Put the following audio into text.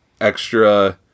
extra